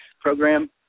program